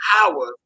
power